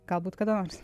galbūt kada nors